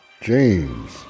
James